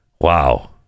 wow